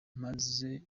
maze